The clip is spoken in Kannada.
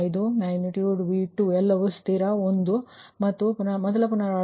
05 ಮ್ಯಾಗ್ನಿಟ್ಯೂಡ್ V2 ಎಲ್ಲವೂ ಸ್ಥಿರ 1 ಮತ್ತು ಮೊದಲ ಪುನರಾವರ್ತನೆಯಲ್ಲಿ 1